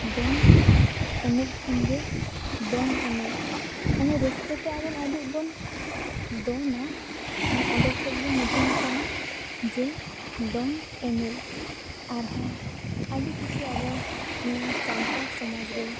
ᱫᱚᱱ ᱮᱱᱮᱡ ᱠᱷᱚᱱᱜᱮ ᱫᱚᱝ ᱮᱱᱮᱡ ᱢᱟᱱᱮ ᱨᱟᱹᱥᱠᱟᱹᱛᱮ ᱟᱵᱚ ᱟᱹᱰᱤᱡᱵᱚᱱ ᱫᱚᱱᱟ ᱠᱷᱟᱱ ᱚᱸᱰᱮ ᱠᱷᱚᱱᱜᱮ ᱧᱩᱛᱩᱢ ᱟᱠᱟᱱᱟ ᱡᱮ ᱫᱚᱝ ᱮᱱᱮᱡ ᱟᱨᱦᱚᱸ ᱟᱹᱰᱤ ᱠᱤᱪᱷᱩ ᱟᱵᱚ ᱱᱤᱭᱟᱹ ᱥᱟᱱᱛᱟᱲ ᱥᱚᱢᱟᱡᱽᱨᱮ